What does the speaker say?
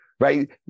right